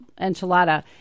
enchilada